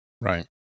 Right